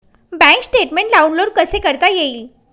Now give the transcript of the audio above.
Bank statement download कसे करता येईल?